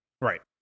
Right